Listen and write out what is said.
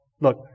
look